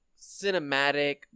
cinematic